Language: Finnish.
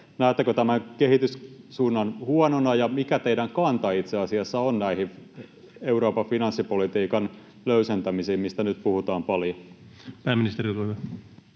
näettekö tämän kehityssuunnan huonona, ja mikä teidän kantanne itse asiassa on näihin Euroopan finanssipolitiikan löysentämisiin, mistä nyt puhutaan paljon? Pääministeri, olkaa hyvä.